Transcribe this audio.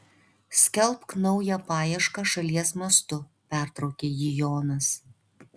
skelbk naują paiešką šalies mastu pertraukė jį jonas